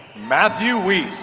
matthew weiss,